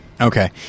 Okay